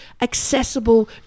accessible